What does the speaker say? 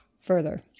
further